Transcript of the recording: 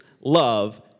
love